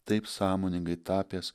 taip sąmoningai tapęs